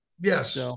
Yes